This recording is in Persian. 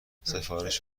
سفارش